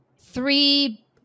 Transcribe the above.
three